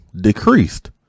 decreased